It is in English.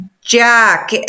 Jack